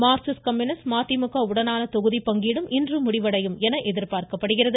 Marxist communist மதிமுக உடனான தொகுதி பங்கீடும் இன்று முடிவடையும் என எதிர்பார்க்கப்படுகிறது